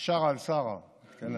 היא שׁרה על שׂרה, בסדר?